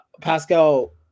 Pascal